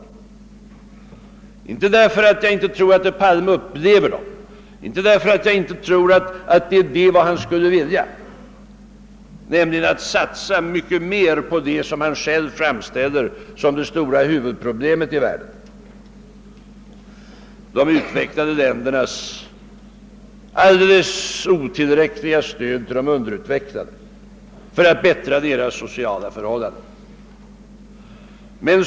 Låt oss göra det, inte därför att jag inte tror att herr Palme verkligen känner patos, inte därför att jag inte tror att han skulle vilja satsa mycket mer på det som han själv framställer som det stora huvudproblemet i världen — de utvecklade ländernas alldeles otillräckliga stöd till de underutvecklade för att bättra deras sociala förhållanden — utan för att nå kärnpunkten.